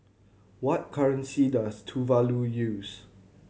what currency does Tuvalu use